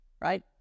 right